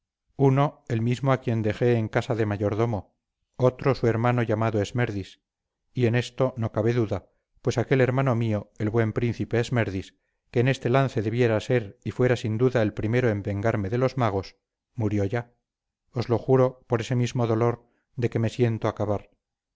uno el mismo a quien dejé en casa de mayordomo otro su hermano llamado esmerdis y en esto no cabe duda pues aquel hermano mío el buen príncipe esmerdis que en este lance debiera ser y fuera sin duda el primero en vengarme de los magos murió ya os lo juro por ese mismo dolor de que me siento acabar